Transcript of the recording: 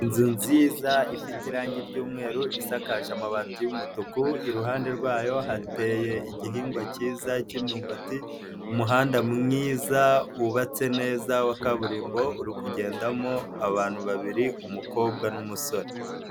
Inzu nziza ifite irangi ry'umweru isakaje amabati y'umutuku iruhande rwayo hateye igihingwa cyiza cy'imyumbati umuhanda mwiza wubatse neza wa kaburimbo uri kugendamo abantu babiri umukobwa n'umusore.